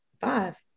Five